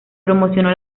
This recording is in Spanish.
promocionó